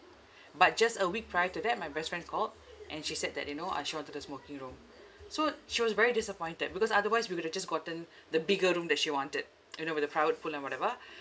but just a week prior to that my best friend called and she said that you know uh she wanted a smoking room so she was very disappointed because otherwise we would have just gotten the bigger room that she wanted you know with the private pool and whatever